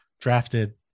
drafted